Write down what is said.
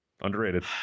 underrated